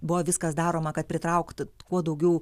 buvo viskas daroma kad pritraukt kuo daugiau